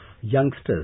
youngsters